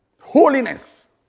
Holiness